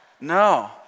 No